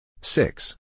six